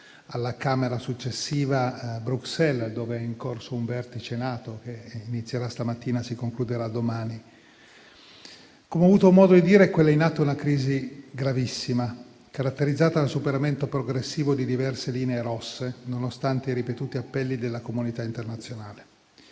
poi raggiungerò Bruxelles, dove è in corso un vertice NATO che inizierà stamattina e si concluderà domani. Come ho avuto modo di dire, quella in atto è una crisi gravissima, caratterizzata dal superamento progressivo di diverse linee rosse, nonostante i ripetuti appelli della comunità internazionale.